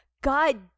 god